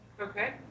Okay